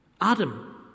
Adam